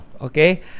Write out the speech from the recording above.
okay